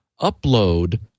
upload